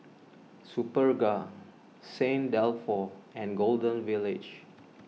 Superga Saint Dalfour and Golden Village